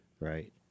right